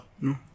No